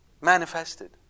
manifested